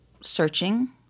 searching